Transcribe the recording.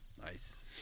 Nice